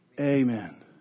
Amen